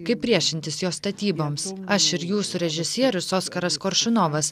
kaip priešintis jos statyboms aš ir jūsų režisierius oskaras koršunovas